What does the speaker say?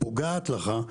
פוגעת לך,